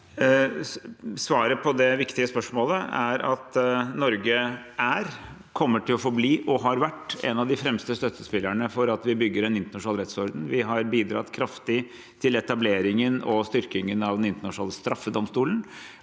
Sva- ret på det viktige spørsmålet er at Norge er, kommer til å forbli og har vært en av de fremste støttespillerne for at vi bygger en internasjonal rettsorden. Vi har bidratt kraftig til etableringen og styrkingen av Den internasjonale straffedomstolen,